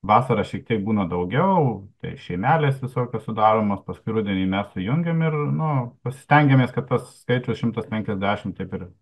vasarą šiek tiek būna daugiau tai šeimelės visokios sudaromos paskui rudenį mes sujungiam ir nu pas stengiamės kad tas skaičius šimtas penkiasdešimt taip ir